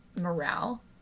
morale